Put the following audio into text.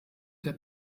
der